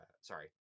sorry